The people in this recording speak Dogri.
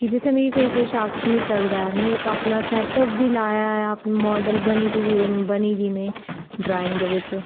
कि जित्थै मिकी कोई किश आक्खी नेईं सकदा ऐ में इक अपना सेटअप बी लाया ऐ माडल बनी चुकी बनी दी में ड्राइंग दे बिच्च